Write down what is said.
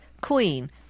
queen